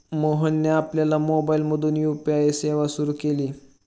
मोहनने आपल्या मोबाइलमधून यू.पी.आय सेवा सुरू केली